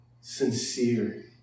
Sincere